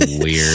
Weird